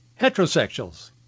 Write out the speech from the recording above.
heterosexuals